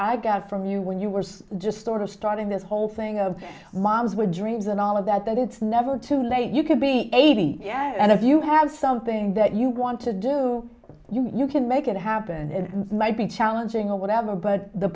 i got from you when you were just sort of starting this whole thing of moms with dreams and all of that that it's never too late you could be eighty yeah and if you have something that you want to do you can make it happen it might be challenging or whatever but the